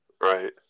Right